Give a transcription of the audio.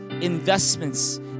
investments